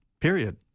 Period